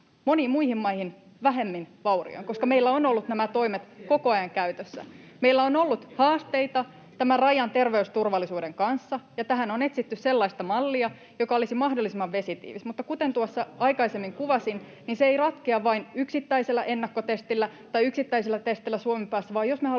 moniin muihin maihin verrattuna vähemmin vaurioin, koska meillä ovat olleet nämä toimet koko ajan käytössä. Meillä on ollut haasteita tämän rajan terveysturvallisuuden kanssa, ja tähän on etsitty sellaista mallia, joka olisi mahdollisimman vesitiivis. Mutta kuten tuossa aikaisemmin kuvasin, [Petri Hurun välihuuto] niin se ei ratkea vain yksittäisellä ennakkotestillä tai yksittäisillä testeillä Suomen päässä, vaan jos me haluaisimme